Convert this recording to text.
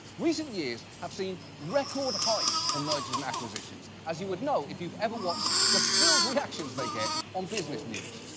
recent years, have seen record highs for mergers and acquisitions. as you would know, if you've ever watched the thrilled reactions they get on business news.